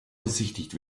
besichtigt